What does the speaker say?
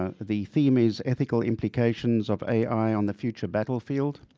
ah the theme is ethical implications of ai on the future battlefield.